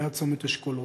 ליד צומת אשכולות.